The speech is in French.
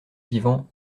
vivants